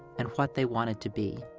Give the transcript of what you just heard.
and what they wanted to be.